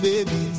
Baby